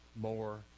more